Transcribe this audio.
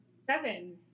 Seven